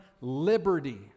liberty